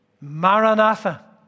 Maranatha